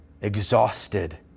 exhausted